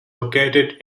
located